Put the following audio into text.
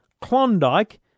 Klondike